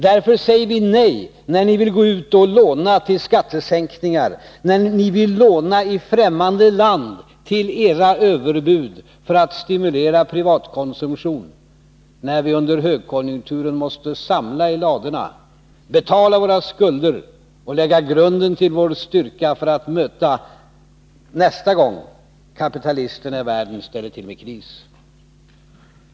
Därför säger vi nej när ni vill gå ut och låna till skattesänkningar, när ni vill låna i främmande land till era överbud för att stimulera privatkonsumtion när vi under högkonjunkturen måste samla i ladorna, betala våra skulder och lägga grunden till vår styrka för att möta nästa gång kapitalisterna i världen ställer till med kris.